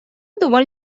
دنبال